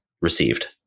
received